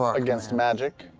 ah against magic?